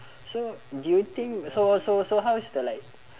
so do you think so so so how is the like